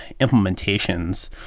implementations